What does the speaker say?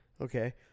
Okay